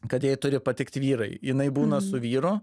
kad jai turi patikt vyrai jinai būna su vyru